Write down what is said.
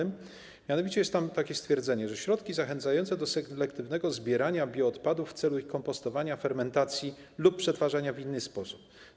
Mianowicie jest tam takie stwierdzenie: środki zachęcające do selektywnego zbierania bioodpadów w celu ich kompostowania, fermentacji lub przetwarzania w inny sposób.